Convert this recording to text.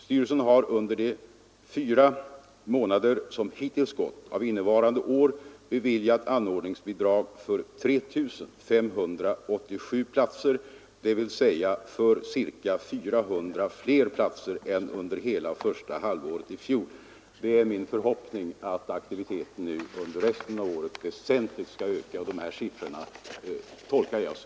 Styrelsen har under de fyra månader som hittills gått av innevarande år beviljat anordningsbidrag för 3 587 platser, dvs. för cirka 400 fler platser än under hela första halvåret i fjol. Det är min förhoppning att aktiviteten under resten av året väsentligt skall öka, och dessa siffror tolkar jag så.